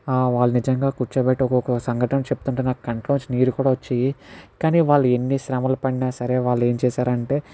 వాళ్ళు నిజంగా కూర్చోబెట్టుకొని ఒక్కొక్క సంఘటన చెప్తుంటే నాకు కంటిలో నుంచి నీరు కూడా వచ్చేవి కానీ వాళ్ళు ఎన్ని శ్రమల పడిన సరే వాళ్ళు ఏం చేశారు అంటే